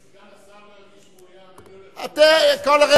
לא,